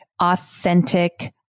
authentic